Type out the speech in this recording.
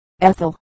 Ethel